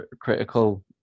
critical